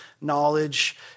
knowledge